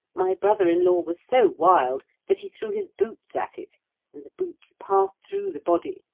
my brother in-law was so wild that he threw his boots at it and the boots passed through the body,